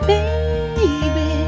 Baby